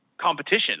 competition